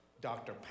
dr